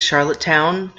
charlottetown